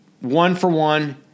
one-for-one